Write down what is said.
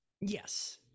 yes